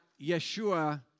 Yeshua